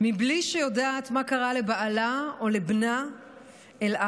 מבלי שהיא יודעת מה קורה לבעלה או לבנה אלעד.